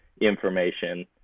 information